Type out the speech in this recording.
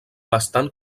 bastant